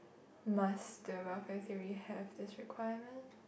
must the welfare theory have this requirement